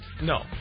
No